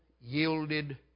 yielded